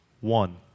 one